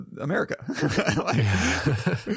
America